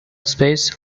space